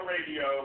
Radio